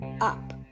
up